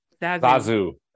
bazoo